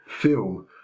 film